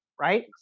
Right